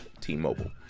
T-Mobile